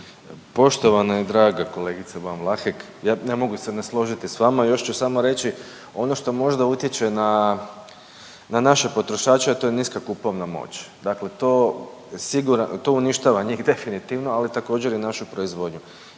Poštovana i draga kolegice Ban Vlahek, ja ne mogu se ne složiti s vama još ću samo reći ono što možda utječe na naše potrošače, a to je niska kupovna moć, dakle to uništava njih definitivno, ali također i našu proizvodnju